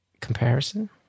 comparison